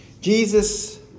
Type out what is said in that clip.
Jesus